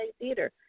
Theater